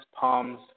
palms